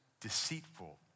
deceitful